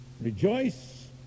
rejoice